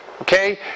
Okay